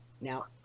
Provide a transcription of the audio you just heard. now